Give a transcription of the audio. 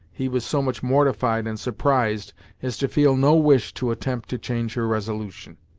he was so much mortified and surprised as to feel no wish to attempt to change her resolution.